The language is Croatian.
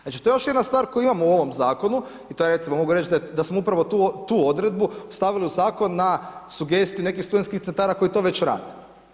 Znači to je još jedna stvar koju imamo u ovom zakonu i to recimo mogu reći smo upravo tu odredbu stavili u zakon na sugestiju nekih studentskih centara koji to već rade.